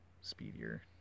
speedier